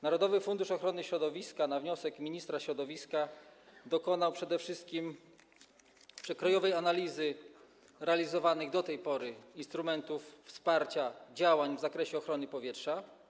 Narodowy Fundusz Ochrony Środowiska i Gospodarki Wodnej, na wniosek ministra środowiska, dokonał przede wszystkim przekrojowej analizy realizowanych do tej pory instrumentów wsparcia działań w zakresie ochrony powietrza.